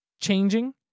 changing